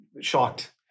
shocked